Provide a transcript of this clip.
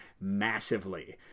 massively